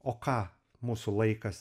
o ką mūsų laikas